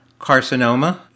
carcinoma